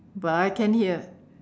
but I can hear